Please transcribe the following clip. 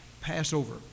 Passover